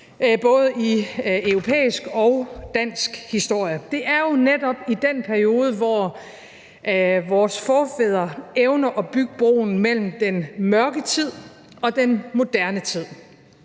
både i europæisk og dansk historie. Det er jo netop i den periode, hvor vores forfædre evner at bygge broen mellem den mørke tid og den moderne tid.